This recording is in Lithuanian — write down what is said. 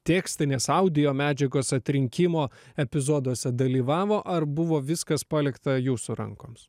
tekstinės audinio medžiagos atrinkimo epizoduose dalyvavo ar buvo viskas palikta jūsų rankoms